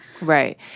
Right